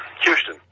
Houston